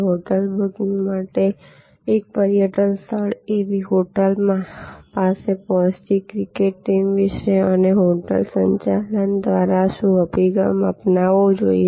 hotel booking માટે એક મોટું પર્યટન સ્થળ એવી હોટેલ પાસે પહોંચતી ક્રિકેટ ટીમ વિશે અને હોટેલ સંચાલન દ્વારા શું અભિગમ અપનાવવો જોઈએ